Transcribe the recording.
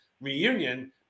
reunion